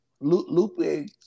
Lupe